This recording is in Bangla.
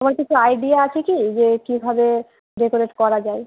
তোমার কিছু আইডিয়া আছে কী যে কীভাবে ডেকোরেট করা যায়